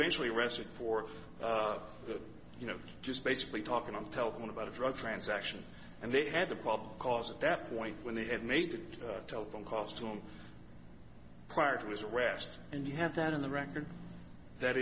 eventually arrested for good you know just basically talking on the telephone about a drug transaction and they had a problem because at that point when they had made telephone calls to him prior to his rest and you have that in the record that